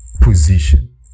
position